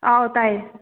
ꯑꯥꯎ ꯇꯥꯏꯌꯦ